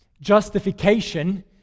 Justification